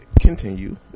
Continue